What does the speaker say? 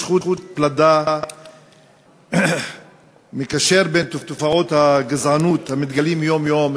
יש חוט פלדה המקשר בין תופעות הגזענות המתגלות יום-יום,